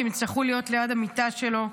כי הם יצטרכו להיות ליד המיטה שלו.